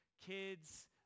kids